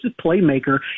playmaker